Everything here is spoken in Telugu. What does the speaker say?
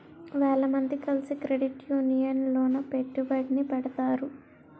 వేల మంది కలిసి క్రెడిట్ యూనియన్ లోన పెట్టుబడిని పెడతారు